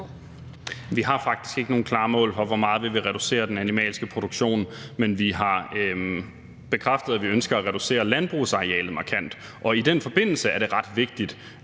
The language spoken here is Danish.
Vi har faktisk ikke nogle klare mål for, hvor meget vi vil reducere den animalske produktion, men vi har bekræftet, at vi ønsker at reducere landbrugsarealet markant, og i den forbindelse er det ret vigtigt